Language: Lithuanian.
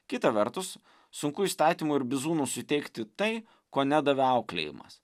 kita vertus sunku įstatymu ir bizūnu suteikti tai ko nedavė auklėjimas